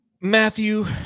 Matthew